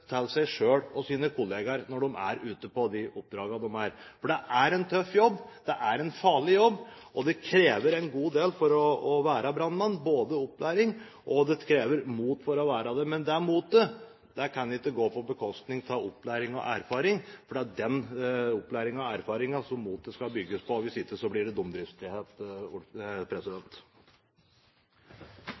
til seg selv og sine kollegaer når de er ute på de oppdragene de er. For det er en tøff jobb. Det er en farlig jobb. Og det krever en god del for å være brannmann, både opplæring og mot. Men det motet kan ikke gå på bekostning av opplæring og erfaring, for det er den opplæringen og erfaringen som motet skal bygges på – hvis ikke blir det